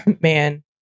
man